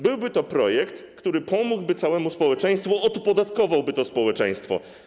Byłby to projekt, który pomógłby całemu społeczeństwu, odpodatkowałby to społeczeństwo.